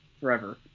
forever